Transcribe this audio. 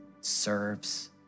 serves